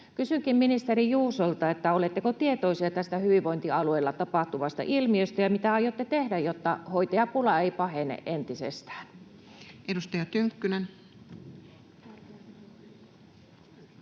Kysynkin ministeri Juusolta: oletteko tietoisia tästä hyvinvointialueilla tapahtuvasta ilmiöstä, ja mitä aiotte tehdä, jotta hoitajapula ei pahene entisestään? Edustaja Tynkkynen.